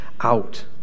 out